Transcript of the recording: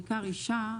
בעיקר אישה,